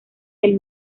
del